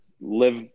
live